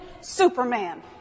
Superman